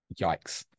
Yikes